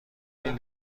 این